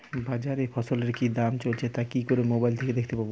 বাজারে ফসলের কি দাম চলছে তা কি করে মোবাইলে দেখতে পাবো?